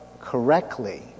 correctly